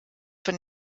von